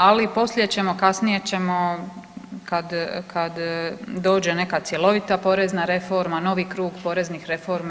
Ali poslije ćemo, kasnije ćemo kad dođe neka cjelovita porezna reforma, novi krug poreznih reformi.